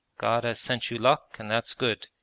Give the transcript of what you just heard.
god has sent you luck and that's good.